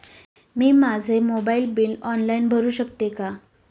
मी माझे mobile bill online भरू शकते का?